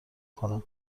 کنم